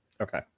Okay